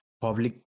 public